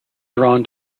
drawn